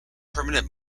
permanent